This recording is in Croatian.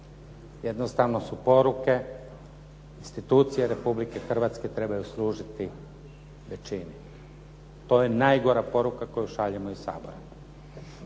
Jednostavno su poruke institucije Republike Hrvatske trebaju služiti većini. To je najgora poruka koju šaljemo iz Sabora.